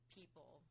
people